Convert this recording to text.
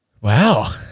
Wow